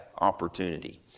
opportunity